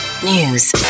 news